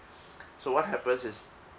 so what happens is